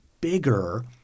bigger